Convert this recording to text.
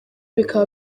bikaba